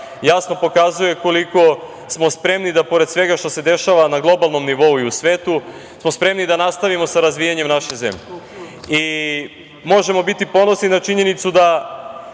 jasno pokazuje koliko smo spremni da, pored svega što se dešava na globalnom nivou i u svetu, nastavimo sa razvijanjem naše zemlje. Možemo biti ponosni na činjenicu da,